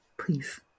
please